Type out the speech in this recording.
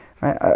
Right